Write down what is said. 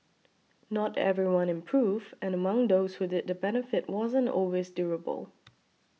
not everyone improved and among those who did the benefit wasn't always durable